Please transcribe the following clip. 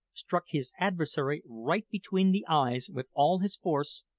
struck his adversary right between the eyes with all his force,